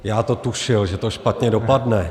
Já to tušil, že to špatně dopadne.